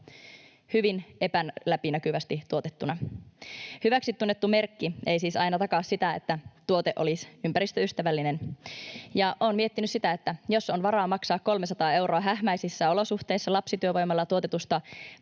hyvin epäläpinäkyvästi tuotettuina. Hyväksi tunnettu merkki ei siis aina takaa sitä, että tuote olisi ympäristöystävällinen. Ja olen miettinyt sitä, että jos on varaa maksaa 300 euroa hähmäisissä olosuhteissa lapsityövoimalla tuotetusta